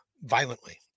violently